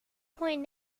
point